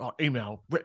email